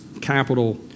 capital